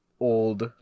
old